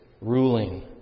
ruling